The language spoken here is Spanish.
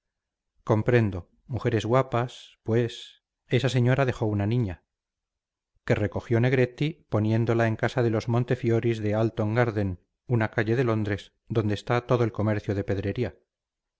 comprendo mujeres guapas pues esa señora dejó una niña que recogió negretti poniéndola en casa de los montefioris de halton garden una calle de londres donde está todo el comercio de pedrería